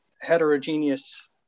heterogeneous